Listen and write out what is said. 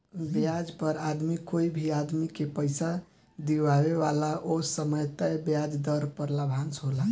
ब्याज पर आदमी कोई भी आदमी के पइसा दिआवेला ओ समय तय ब्याज दर पर लाभांश होला